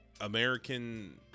American